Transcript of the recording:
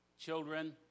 children